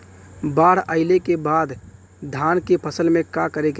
बाढ़ आइले के बाद धान के फसल में का करे के चाही?